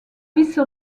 vice